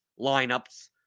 lineups